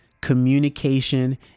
communication